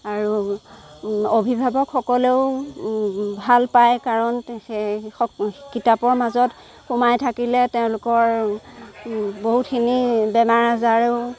আৰু অভিভাৱকসকলেও ভাল পায় কাৰণ সেই কিতাপৰ মাজত সোমাই থাকিলে তেওঁলোকৰ বহুতখিনি বেমাৰ আজাৰেও